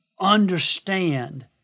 understand